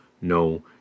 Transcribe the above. no